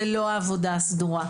זה לא העבודה הסדורה,